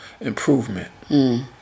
improvement